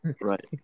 Right